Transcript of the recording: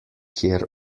kjer